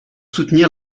soutenir